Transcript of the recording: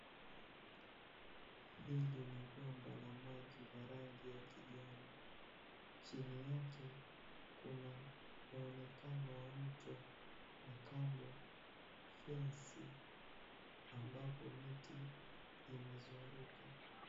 Hili ni bomba la maji la rangi ya kijani. Chini yake kuna muonekano wa mto na kando fensi ambapo miti imezunguka.